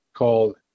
called